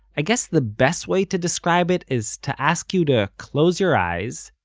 i guess the best way to describe it is to ask you to close your eyes,